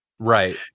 Right